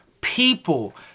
people